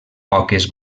poques